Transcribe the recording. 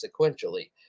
sequentially